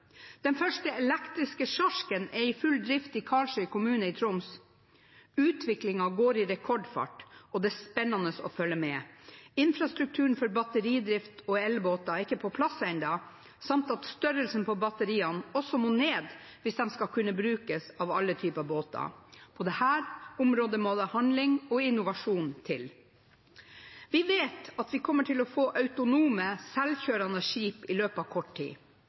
Den første elektriske sjarken er i full drift i Karlsøy kommune i Troms. Utviklingen går i rekordfart, og det er spennende å følge med. Infrastrukturen for batteridrift og elbåter er ikke på plass ennå samt at størrelsen på batteriene også må ned hvis de skal kunne brukes av alle typer båter. På dette området må det handling og innovasjon til. Vi vet at vi kommer til å få autonome, selvkjørende skip i løpet av kort tid.